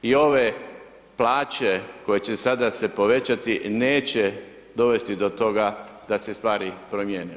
I ove plaće koje će sada se povećati, neće dovesti do toga da se stvari promijene.